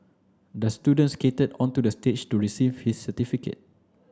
the student skated onto the stage to receive his certificate